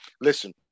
listen